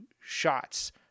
shots